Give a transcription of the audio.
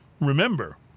remember